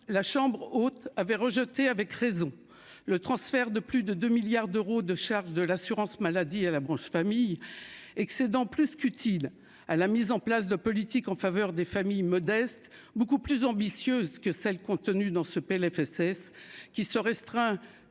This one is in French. la chambre haute avait rejeté avec raison le transfert de plus de 2 milliards d'euros de charges de l'assurance maladie à la branche famille et que c'est dans plus qu'utile à la mise en place de politiques en faveur des familles modestes beaucoup plus ambitieuses que celles contenues dans ce PLFSS qui se restreint et